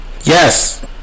yes